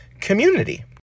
community